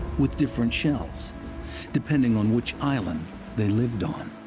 with different shells depending on which island they lived on.